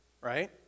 right